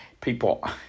People